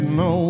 no